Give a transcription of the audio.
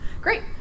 great